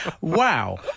Wow